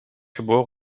geboren